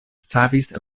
savis